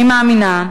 אני מאמינה,